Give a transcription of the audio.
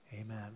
Amen